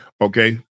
Okay